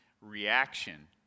reaction